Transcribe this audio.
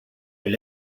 were